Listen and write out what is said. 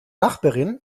nachbarin